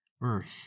earth